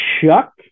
Chuck